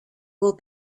will